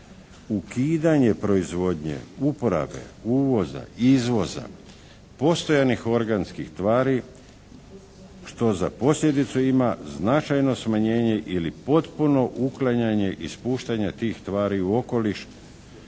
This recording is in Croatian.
ukidanje proizvodnje, uporabe, uvoza, izvoza postojanih organskih tvari, što za posljedicu ima značajno smanjenje ili potpuno uklanjanje ispuštanja tih tvari u okoliš,